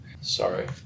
Sorry